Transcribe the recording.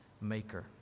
maker